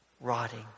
rotting